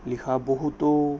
লিখা বহুতো